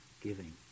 giving